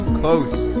close